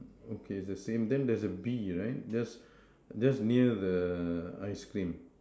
okay the same then there is a V right just just near the ice cream